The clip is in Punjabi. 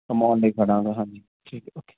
ਘੁੰਮਾਉਣ ਲਈ ਖੜਾਂਗਾ ਹਾਂਜੀ ਠੀਕ ਆ ਓਕੇ